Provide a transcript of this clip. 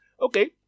okay